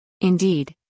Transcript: Indeed